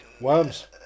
Worms